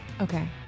Okay